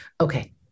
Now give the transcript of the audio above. okay